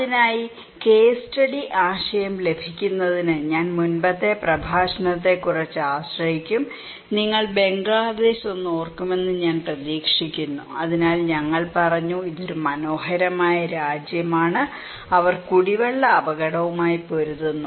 അതിനായി case study ആശയം ലഭിക്കുന്നതിന് ഞാൻ മുമ്പത്തെ പ്രഭാഷണത്തെ കുറച്ച് ആശ്രയിക്കും നിങ്ങൾ ബംഗ്ലാദേശ് ഒന്ന് ഓർക്കുമെന്ന് ഞാൻ പ്രതീക്ഷിക്കുന്നു അതിനാൽ ഞങ്ങൾ പറഞ്ഞു ഇതൊരു മനോഹരമായ രാജ്യമാണ് അവർ കുടിവെള്ള അപകടവുമായി പൊരുതുന്നു